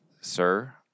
Sir